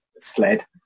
sled